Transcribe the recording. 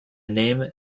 name